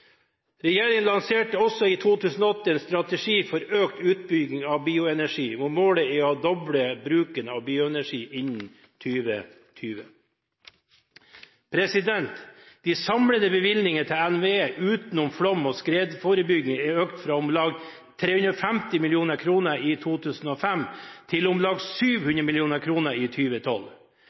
Regjeringen lanserte også i 2008 en strategi for økt utbygging av bioenergi, hvor målet er å doble bruken av bioenergi innen 2020. De samlede bevilgningene til NVE utenom flom- og skredforebygging er økt fra om lag 350 mill. kr i 2005 til om lag 700 mill. kr i